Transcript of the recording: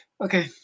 Okay